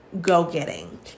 go-getting